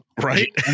Right